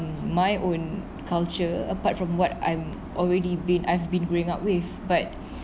my own culture apart from what I'm already been I've been growing up with but